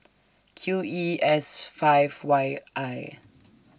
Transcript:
Q E S five Y I